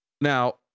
Now